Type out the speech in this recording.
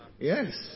yes